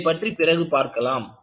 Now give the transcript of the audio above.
இதைப் பற்றி பிறகு பார்க்கலாம்